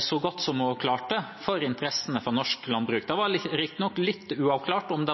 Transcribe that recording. så godt som hun klarte for interessene til norsk landbruk. Det var riktignok litt uavklart om